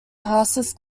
passes